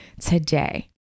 today